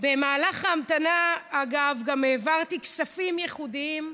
במהלך ההמתנה, אגב, גם העברתי כספים ייחודיים.